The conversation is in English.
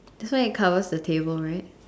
that's why he covers the table right